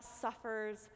suffers